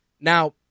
Now